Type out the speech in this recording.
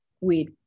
Weed